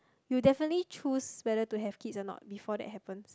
you will definitely choose whether to have kids or not before that happens